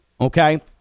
Okay